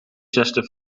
zesde